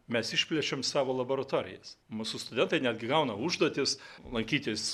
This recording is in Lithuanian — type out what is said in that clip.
mes išplečiam savo laboratorijas mūsų studentai netgi gauna užduotis lankytis